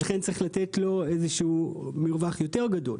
לכן, צריך לתת לו איזשהו מרווח יותר גדול.